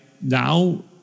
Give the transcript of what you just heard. now